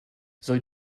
soll